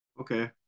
Okay